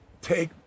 take